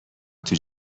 توی